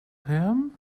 him